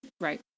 Right